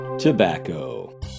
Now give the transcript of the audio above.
Tobacco